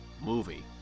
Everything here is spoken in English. movie